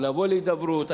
או לבוא להידברות,